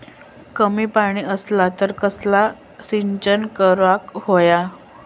कमी पाणी असला तर कसला सिंचन वापराक होया?